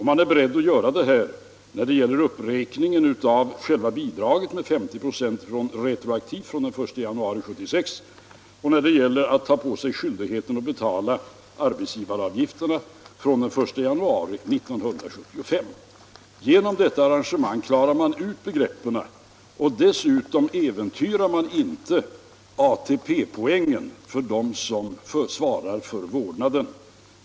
Man är beredd att genomföra uppräkningen av själva bidraget med 50 6 retroaktivt från den 1 januari 1976 och ta på sig skyldigheten att betala arbetsgivaravgifterna från den 1 januari 1975. Genom detta arrangemang klarar man ut begreppen och dessutom äventyrar man inte ATP-poängen för dem som svarar för vårdnaden.